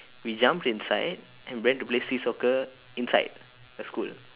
we jumped inside and went to play street soccer inside the school